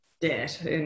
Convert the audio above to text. debt